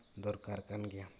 ᱫᱚᱨᱠᱟᱨ ᱠᱟᱱ ᱜᱮᱭᱟ